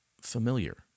familiar